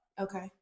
Okay